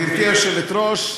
גברתי היושבת-ראש,